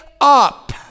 up